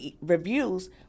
reviews